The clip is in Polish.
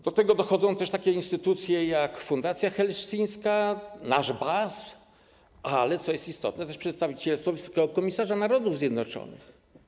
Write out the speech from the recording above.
Do tego też dochodzą takie instytucje jak fundacja helsińska, nasz BAS, ale też, co jest istotne, przedstawicielstwo wysokiego komisarza Narodów Zjednoczonych.